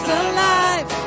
alive